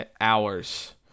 hours